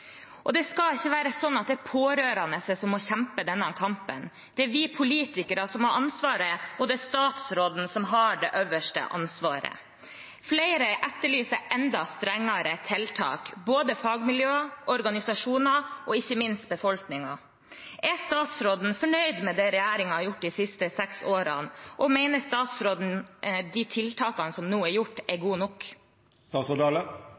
Det skal ikke være sånn at det er pårørende som må kjempe denne kampen. Det er vi politikere som har ansvaret, og det er statsråden som har det øverste ansvaret. Flere etterlyser enda strengere tiltak, både fagmiljøer, organisasjoner og ikke minst befolkningen. Er statsråden fornøyd med det regjeringen har gjort de siste seks årene? Og mener statsråden at de tiltakene som nå er gjort, er